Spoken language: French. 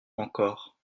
encore